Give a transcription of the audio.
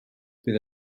bydd